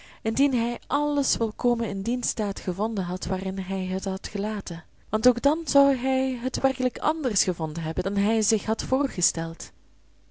indien hij alles volkomen in dien staat gevonden had waarin hij het had gelaten want ook dan zou hij het werkelijk anders gevonden hebben dan hij zich had voorgesteld